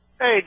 Hey